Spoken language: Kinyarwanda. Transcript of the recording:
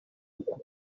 uku